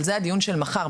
זה הדיון של מחר.